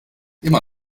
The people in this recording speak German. immer